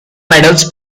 medals